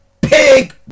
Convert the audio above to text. pig